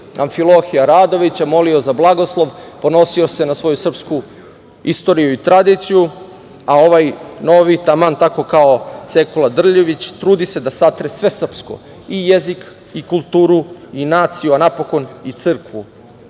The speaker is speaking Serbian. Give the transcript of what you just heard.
Amfilohija Radovića, molio za blagoslov, ponosio se na svoju srpsku istoriju i tradiciju, a ovaj novi taman tako kao Sekula Drljević trudi se da satre sve srpsko, i jezik i kulturu i naciju, a napokon i crkvu.